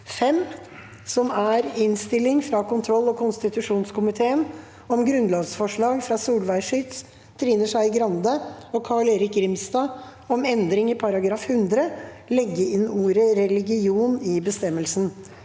Innstilling fra kontroll- og konstitusjonskomiteen om Grunnlovsforslag fra Solveig Schytz, Trine Skei Grande og Carl-Erik Grimstad om endring i § 100 (legge inn ordet «religion» i bestemmelsen)